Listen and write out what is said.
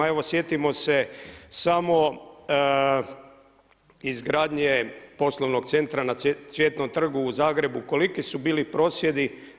Evo sjetimo se samo izgradnje poslovnog centra na Cvjetnom trgu u Zagrebu koliki su bili prosvjedi.